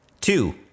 Two